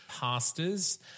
pastors